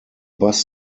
bus